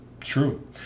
True